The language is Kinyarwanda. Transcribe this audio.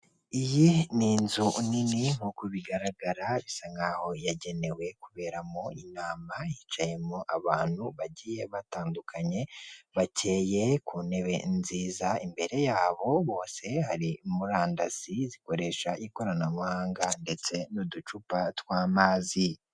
Iyi ni inzu nini nk'uko bigaragara bisa nk'aho yagenewe kuberamo inama. Yicayemo abantu bagiye batandukanye bakeye ku ntebe nziza, imbere yabo bose hari murandasi zikoresha ikoranabuhanga, ndetse n'uducupa tw'amazi.